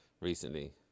recently